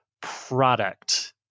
product